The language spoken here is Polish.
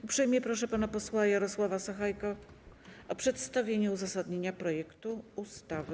Uprzejmie proszę pana posła Jarosława Sachajkę o przedstawienie uzasadnienia projektu ustawy.